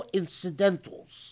incidentals